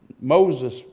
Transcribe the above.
Moses